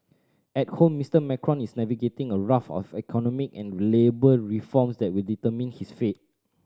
at home Mister Macron is navigating a raft of economic and labour reforms that will determine his fate